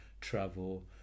travel